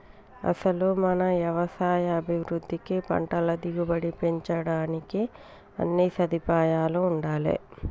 అసలు మన యవసాయ అభివృద్ధికి పంటల దిగుబడి పెంచడానికి అన్నీ సదుపాయాలూ ఉండాలే